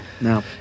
No